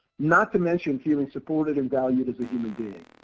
not to mention feeling supported and valued as a human being.